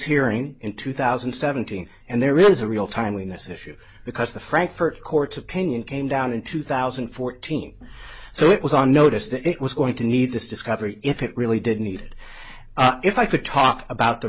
hearing in two thousand and seventeen and there is a real time in this issue because the frankfurt court's opinion came down in two thousand and fourteen so it was on notice that it was going to need this discovery if it really did need if i could talk about the